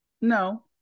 no